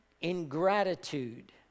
ingratitude